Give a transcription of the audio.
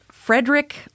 Frederick